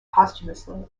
posthumously